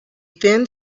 thin